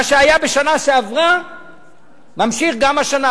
מה שהיה בשנה שעברה ממשיך גם השנה,